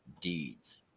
deeds